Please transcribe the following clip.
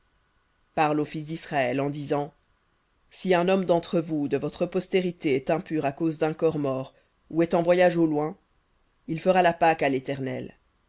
aux fils d'israël en disant si un homme d'entre vous ou de votre postérité est impur à cause d'un corps mort ou est en voyage au loin il fera la pâque à l'éternel